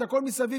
את הכול מסביב,